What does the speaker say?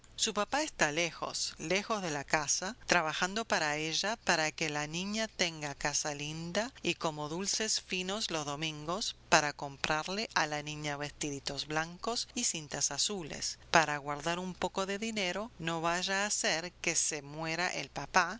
su papá está lejos lejos de la casa trabajando para ella para que la niña tenga casa linda y coma dulces finos los domingos para comprarle a la niña vestiditos blancos y cintas azules para guardar un poco de dinero no vaya a ser que se muera el papá